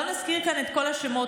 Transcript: לא נזכיר כאן את כל השמות,